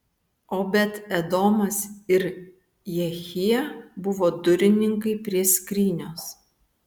obed edomas ir jehija buvo durininkai prie skrynios